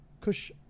kush